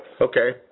Okay